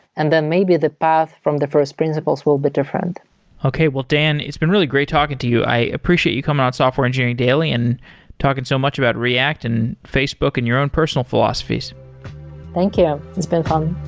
and then maybe the path from the first principles will be different okay. well dan, it's been really great talking to you. i appreciate you coming on software engineering daily and talking so much about react and facebook and your own personal philosophies thank you. it's been fun